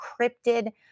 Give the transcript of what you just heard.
encrypted